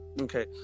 Okay